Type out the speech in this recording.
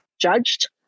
judged